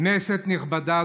כנסת נכבדה,